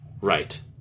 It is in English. Right